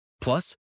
Plus